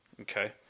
Okay